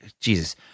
Jesus